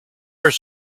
are